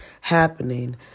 happening